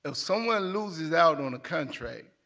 if somebody loses out on a contract,